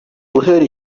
guhera